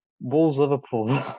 Wolves-Liverpool